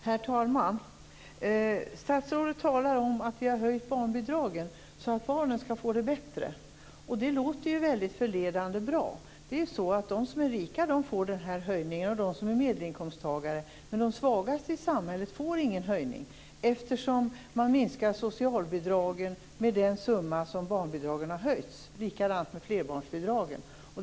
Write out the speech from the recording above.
Herr talman! Statsrådet talar om att vi har höjt barnbidragen så att barnen skall få det bättre. Det låter ju förledande bra. Men det är ju så att de som är rika och de som är medelinkomsttagare får en höjning. Men de svagaste i samhället får ingen höjning, eftersom man minskar socialbidragen med den summa som barnbidragen har höjts. Likadant är det med flerbarnsbidragen.